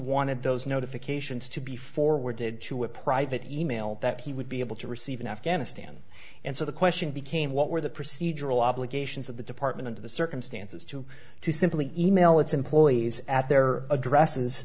wanted those notifications to be forwarded to a private e mail that he would be able to receive in afghanistan and so the question became what were the procedural obligations of the department under the circumstances to to simply email its employees at their addresses